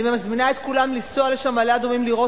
אני מזמינה את כולם לנסוע לשם למעלה-אדומים לראות